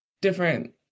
different